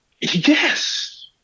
Yes